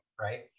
right